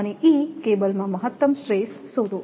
અને e કેબલમાં મહત્તમ સ્ટ્રેસ શોધો